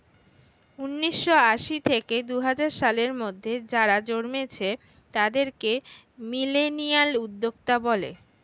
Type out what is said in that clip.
উন্নিশো আশি থেকে দুহাজার সালের মধ্যে যারা জন্মেছে তাদেরকে মিলেনিয়াল উদ্যোক্তা বলে